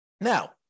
Now